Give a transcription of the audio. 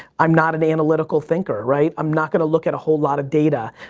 i'm not an analytical thinker. right? i'm not going to look at a whole lot of data.